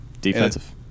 Defensive